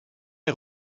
est